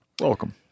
welcome